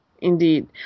Indeed